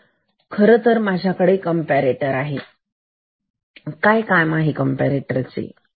तर खरंतर माझ्याकडे कंपरेटर आहे काय काम आहे कंपरेटर चे